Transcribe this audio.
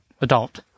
adult